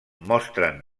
mostren